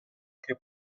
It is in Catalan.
que